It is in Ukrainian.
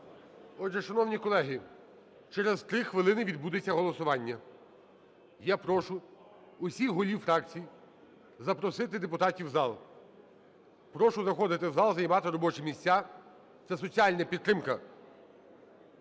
Отже, шановні колеги, через 3 хвилини відбудеться голосування. Я прошу всіх голів фракцій запросити депутатів у зал. Прошу заходити в зал, займати робочі місця. Це соціальна підтримка